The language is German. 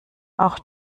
auch